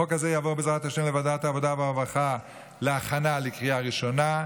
החוק הזה יעבור בעזרת השם לוועדת העבודה והרווחה להכנה לקריאה ראשונה,